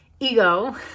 ego